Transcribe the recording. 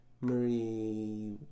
Marie